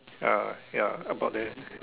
ah ya about there